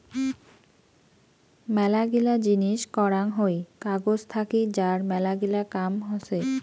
মেলাগিলা জিনিস করাং হই কাগজ থাকি যার মেলাগিলা কাম হসে